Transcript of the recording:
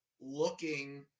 looking